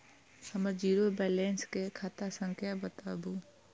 हमर zero balance के खाता संख्या बतबु?